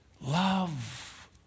love